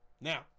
now